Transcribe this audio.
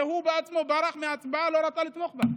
שהוא בעצמו ברח מההצבעה ולא רצה לתמוך בהם.